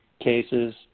cases